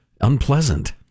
Unpleasant